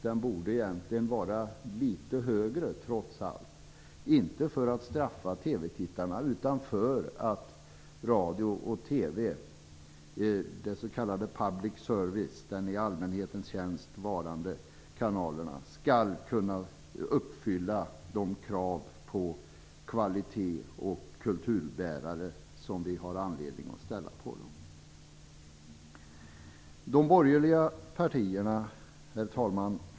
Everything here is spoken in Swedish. Den borde egentligen vara litet högre, inte för att straffa TV tittarna utan för att radio och TV i s.k public service, de i allmänhetens tjänst varande kanalerna, skall kunna uppfylla de krav på kvalitet och som vi har anledning att ställa på dem som kulturbärare. Herr talman!